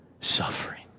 suffering